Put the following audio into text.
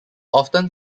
often